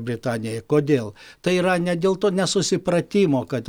britanija kodėl tai yra ne dėl to nesusipratimo kad